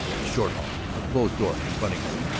a short hall, a closed door confronting him.